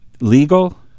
Legal